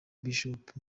bishop